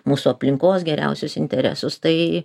mūsų aplinkos geriausius interesus tai